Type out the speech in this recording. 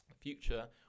Future